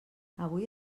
avui